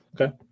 Okay